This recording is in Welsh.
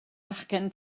fachgen